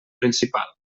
principal